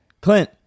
Clint